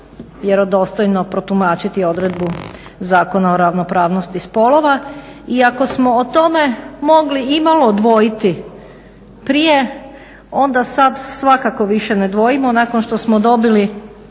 vjerodostojno protumačiti odredbu Zakona o ravnopravnosti spolova, i ako smo o tome mogli imalo dvojiti prije, onda sad svakako više ne dvojimo nakon što smo dobili